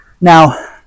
Now